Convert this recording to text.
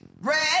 red